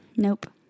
Nope